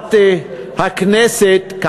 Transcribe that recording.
וחברת הכנסת, שבע.